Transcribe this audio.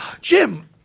Jim